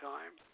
Time